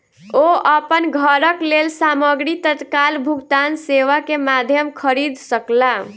ओ अपन घरक लेल सामग्री तत्काल भुगतान सेवा के माध्यम खरीद सकला